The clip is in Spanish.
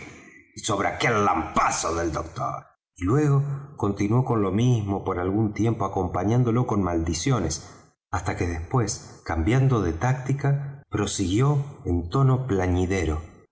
y sobre aquel lampazo del doctor y luego continuó con lo mismo por algún tiempo acompañándolo con maldiciones hasta que después cambiando de táctica prosiguió en tono plañidero